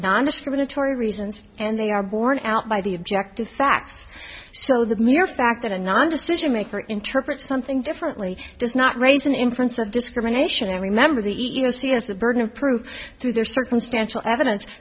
nondiscriminatory reasons and they are borne out by the objective facts so the mere fact that a non decision maker interpret something differently does not raise an inference of discrimination and remember the e e o c has the burden of proof through their circumstantial evidence